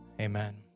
Amen